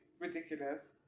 ridiculous